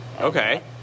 Okay